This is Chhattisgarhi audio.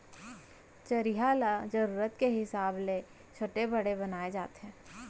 चरिहा ल जरूरत के हिसाब ले छोटे बड़े बनाए जाथे